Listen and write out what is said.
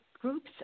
groups